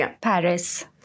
Paris